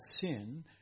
sin